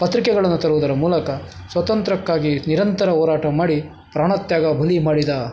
ಪತ್ರಿಕೆಗಳನ್ನು ತರುವುದರ ಮೂಲಕ ಸ್ವಾತಂತ್ರ್ಯಕ್ಕಾಗಿ ನಿರಂತರ ಹೋರಾಟ ಮಾಡಿ ಪ್ರಾಣತ್ಯಾಗ ಬಲಿ ಮಾಡಿದ